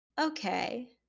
okay